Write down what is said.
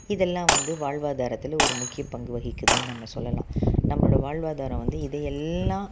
இதெல்லாம் வந்து வாழ்வாதரத்தில் ஒரு முக்கிய பங்கு வகிக்குதுன்னு நம்ம சொல்லலாம் நம்மளோட வாழ்வாதாரம் வந்து இது எல்லாம்